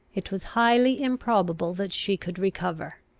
it was highly improbable that she could recover.